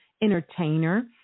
entertainer